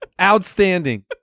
Outstanding